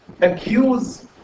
accuse